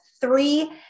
three